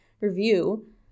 review